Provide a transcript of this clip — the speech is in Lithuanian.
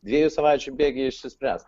dviejų savaičių bėgy išsispręs